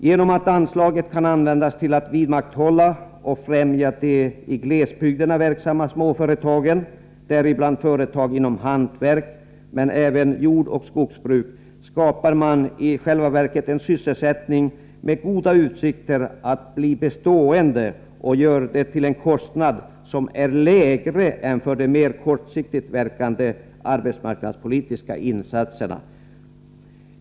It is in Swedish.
Genom att anslaget kän användas till att vidmakthålla och främja de i glesbygderna verksamma småföretagen, däribland företag inom hantverk liksom inom jordoch skogsbruk, skapar man i själva verket en sysselsättning med goda utsikter att bli bestående, och man gör detta till en kostnad som är lägre än kostnaden för de mer kortsiktigt verkande arbetsmarknadspolitiska insatserna.